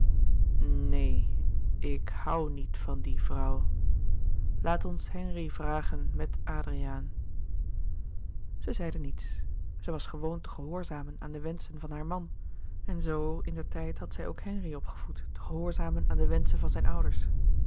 neen ik hoû niet van die vrouw laat ons henri vragen met adriaan zij zeide niets zij was gewoon te gehoorzamen aan de wenschen van haar man en zoo in der tijd had zij ook henri opgevoed te gehoorzamen aan de wenschen van zijne ouders